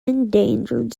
endangered